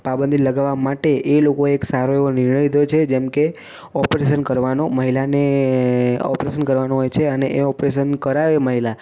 પાબંધી લગાવવા માટે એ લોકો એક સારો એવો નિર્ણય લીધો છે જેમકે ઓપરેશન કરવાનો મહિલાને ઓપરેશન કરવાનું હોય છે અને એ ઓપરેશન કરાવે મહિલા